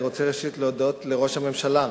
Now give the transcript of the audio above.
אני רוצה ראשית להודות לראש הממשלה,